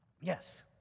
Yes